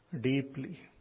deeply